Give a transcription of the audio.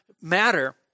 matter